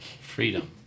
freedom